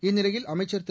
இந்நிலையில் அமைச்சர் திரு